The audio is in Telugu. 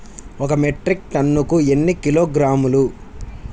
ఒక మెట్రిక్ టన్నుకు ఎన్ని కిలోగ్రాములు?